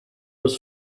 was